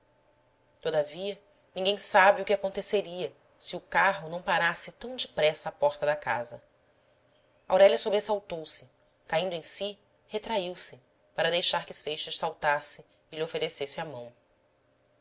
todavia ninguém sabe o que aconteceria se o carro não parasse tão depressa à porta da casa aurélia sobressaltou-se caindo em si retraiu se para deixar que seixas saltasse e lhe oferecesse a mão